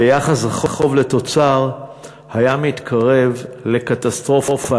ויחס החוב לתוצר היה מתקרב לקטסטרופה.